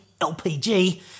LPG